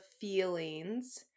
feelings